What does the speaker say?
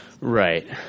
Right